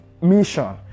mission